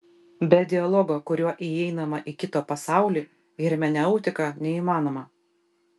be dialogo kuriuo įeinama į kito pasaulį hermeneutika neįmanoma